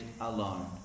alone